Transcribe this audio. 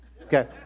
Okay